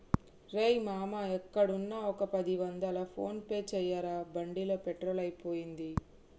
రేయ్ మామా ఎక్కడున్నా ఒక పది వందలు ఫోన్ పే చేయరా బండిలో పెట్రోల్ అయిపోయింది